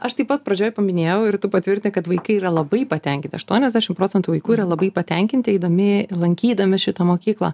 aš taip pat pradžioj paminėjau ir tu patvirtinai kad vaikai yra labai patenkinti aštuoniasdešim procentų vaikų yra labai patenkinti eidami lankydami šitą mokyklą